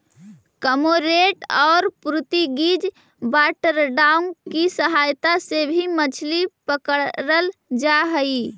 cormorant और Portuguese water dog की सहायता से भी मछली पकड़रल जा हई